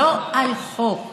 לא על חוק,